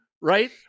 right